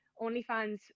OnlyFans